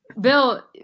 Bill